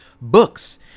books